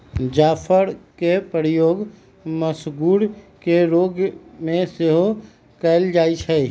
जाफरके प्रयोग मसगुर के रोग में सेहो कयल जाइ छइ